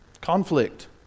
Conflict